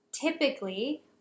Typically